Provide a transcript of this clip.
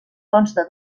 consta